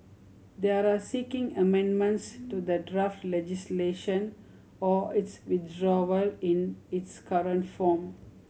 they are seeking amendments to the draft legislation or its withdrawal in its current form